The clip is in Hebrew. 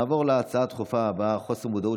נעבור להצעות הבאות לסדר-היום: חוסר מודעות